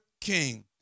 king